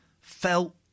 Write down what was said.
felt